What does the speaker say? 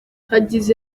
yagize